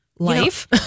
life